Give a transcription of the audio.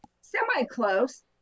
semi-close